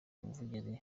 umuvugizi